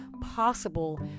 possible